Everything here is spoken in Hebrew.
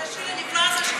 די לשקר.